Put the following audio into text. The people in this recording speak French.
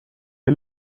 est